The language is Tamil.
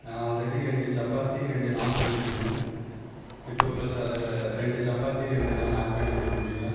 ஆல்ரெடி இரண்டு சப்பாத்தி இரண்டு நாண் சொல்லியிருந்தேன் இப்போ ப்ளஸ் அதில் இரண்டு சப்பாத்தி இரண்டு நாண் ஆட் பண்ணி கொடுக்க முடியுங்களா